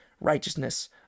righteousness